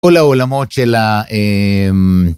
כל העולמות של ה... מ...